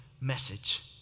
message